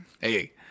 Hey